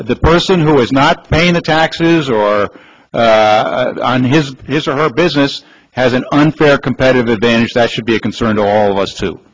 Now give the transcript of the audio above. the person who is not paying the taxes or his or her business has an unfair competitive advantage that should be a concern to all of us to